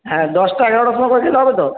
হ্যাঁ দশটা এগারোটার সময়ে পৌঁছালে হবে তো